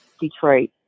detroit